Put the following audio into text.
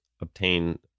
obtain